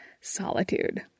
Solitude